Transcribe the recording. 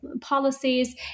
policies